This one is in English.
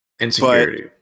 Insecurity